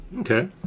okay